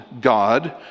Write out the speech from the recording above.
God